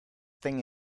thing